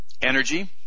energy